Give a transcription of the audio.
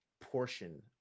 portion